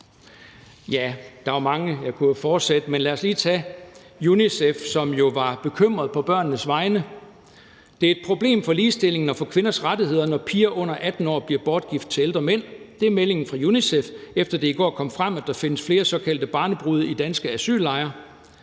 Ja, der er jo mange, og jeg kunne fortsætte, men lad os lige tage UNICEF, som jo var bekymrede på børnenes vegne: »Det er et problem for ligestillingen og for kvinders rettigheder, når piger under 18 år bliver bortgiftet til ældre mænd. Det er meldingen fra UNICEF, efter det i går kom frem, at der findes flere såkaldte barnebrude i danske asyllejre.